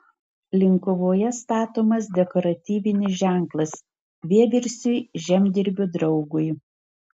linkuvoje statomas dekoratyvinis ženklas vieversiui žemdirbio draugui